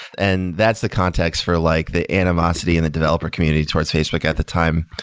and that's the context for like the animosity and the developer community towards facebook at the time.